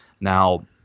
Now